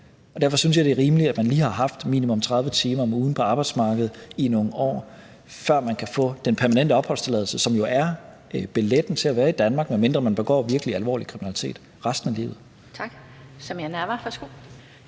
Derfor synes jeg, det er rimeligt, at man lige har haft minimum 30 timer om ugen på arbejdsmarkedet i nogle år, før man kan få den permanente opholdstilladelse, som jo er billetten til at være i Danmark resten af livet, medmindre man begår virkelig alvorlig kriminalitet. Kl.